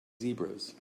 zebras